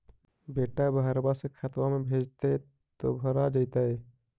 बेटा बहरबा से खतबा में भेजते तो भरा जैतय?